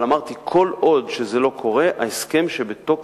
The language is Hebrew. אבל אמרתי, כל עוד זה לא קורה, ההסכם שבתוקף